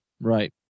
Right